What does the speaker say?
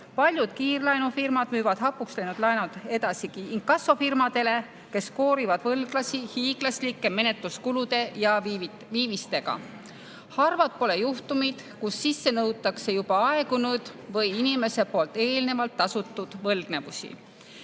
Paljud kiirlaenufirmad müüvad hapuks läinud laenud edasi inkassofirmadele, kes koorivad võlglasi hiiglaslike menetluskulude ja viivistega. Harvad pole juhtumid, kui sisse nõutakse juba aegunud või inimese poolt eelnevalt tasutud võlgnevusi.